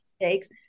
mistakes